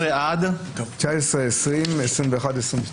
19, 20, 21 ו-22